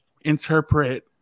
interpret